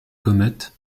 comet